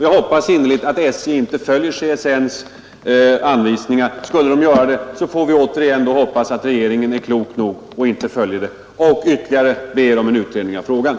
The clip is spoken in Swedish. Jag hoppas innerligt att SJ inte följer CSN :s anvisningar. Skulle man göra det, får vi hoppas att regeringen är klok nog att inte följa förslaget utan ber om en ytterligare utredning av frågan.